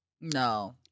No